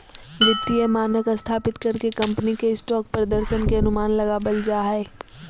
वित्तीय मानक स्थापित कर के कम्पनी के स्टॉक प्रदर्शन के अनुमान लगाबल जा हय